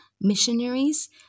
missionaries